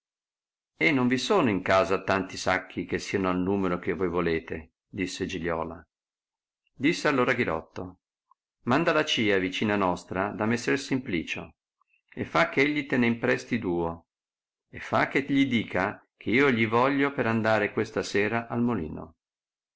e non vi sono in casa tanti sacchi che siano al numero che voi volete disse giliola disse allora ghirotto manda la cia vicina nostra da messer simplicio e fa eh egli te ne impresti duo e fa che gli dica che io gli voglio per andar questa sera al molino